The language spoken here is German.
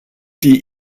die